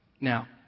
Now